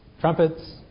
trumpets